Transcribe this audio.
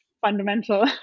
fundamental